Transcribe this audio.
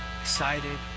excited